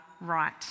right